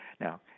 now